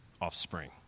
offspring